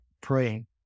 praying